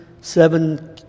seven